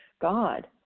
God